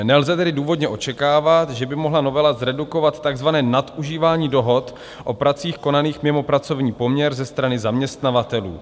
Nelze tedy důvodně očekávat, že by mohla novela zredukovat takzvané nadužívání dohod o pracích konaných mimo pracovní poměr ze strany zaměstnavatelů.